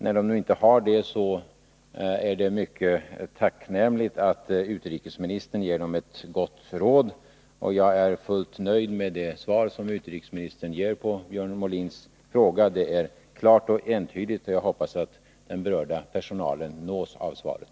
När den nu inte hade det är det mycket tacknämligt att utrikesministern ger ett gott råd, och jag är fullt nöjd med det svar som utrikesministern gett på Björn Molins fråga. Det är klart och entydigt, och jag hoppas att den berörda personalen nås av svaret.